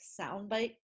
soundbite